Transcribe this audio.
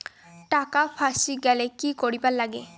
টাকা ফাঁসি গেলে কি করিবার লাগে?